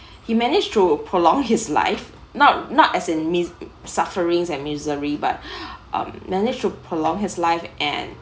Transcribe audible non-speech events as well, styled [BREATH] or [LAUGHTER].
he managed to prolong his life not not as in mis~ sufferings and misery but [BREATH] um managed to prolong his life and